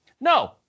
no